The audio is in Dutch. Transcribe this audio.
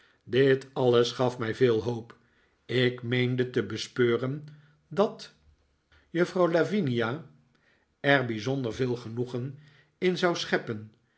dit alles gaf mij veel hoop ik meende te bespeuren dat juffrouw lavinia er bijzonder veel genoegen in zou scheppen